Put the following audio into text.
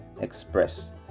express